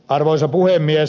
arvoisa puhemies